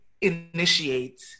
initiate